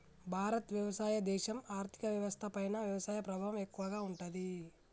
భారత్ వ్యవసాయ దేశం, ఆర్థిక వ్యవస్థ పైన వ్యవసాయ ప్రభావం ఎక్కువగా ఉంటది